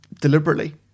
Deliberately